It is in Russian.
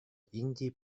индии